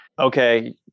okay